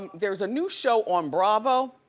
there's a new show on bravo,